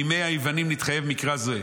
בימי היוונים נתחייב מקרא זה,